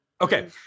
Okay